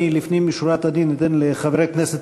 אני לפנים משורת הדין אתן לחבר הכנסת